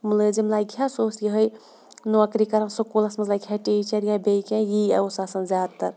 مُلٲزِم لَگہِ ہہ سُہ اوس یِہٕے نوکری کَران سکوٗلَس منٛز لَگہِ ہا ٹیٖچَر یا بیٚیہِ کینٛہہ یی یا اوس آسان زیادٕتَر